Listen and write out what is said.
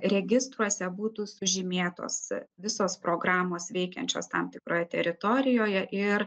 registruose būtų sužymėtos visos programos veikiančios tam tikroj teritorijoje ir